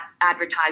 advertise